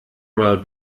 mal